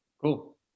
Cool